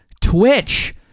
Twitch